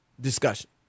discussion